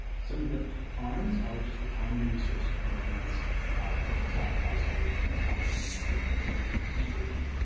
some of the cons are just the time and resource commitments ah potential sacrificing near term profits and my and levels of scrutiny.